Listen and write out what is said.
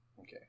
Okay